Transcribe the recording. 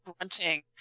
grunting